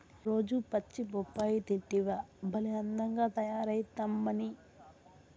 రోజూ పచ్చి బొప్పాయి తింటివా భలే అందంగా తయారైతమ్మన్నీ